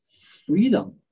freedom